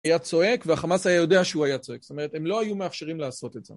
היה צועק, והחמאס היה יודע שהוא היה צועק, זאת אומרת הם לא היו מאפשרים לעשות את זה.